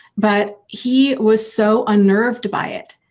but he was so unnerved by it.